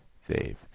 save